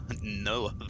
no